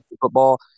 football